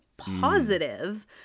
positive